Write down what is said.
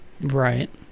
right